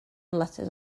letters